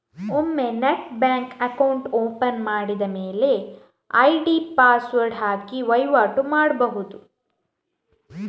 ಒಮ್ಮೆ net bank account open ಮಾಡಿದ ಮೇಲೆ ಐಡಿ ಪಾಸ್ವರ್ಡ್ ಹಾಕಿ ವೈವಾಟು ಮಾಡ್ಬಹುದು